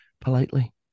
Politely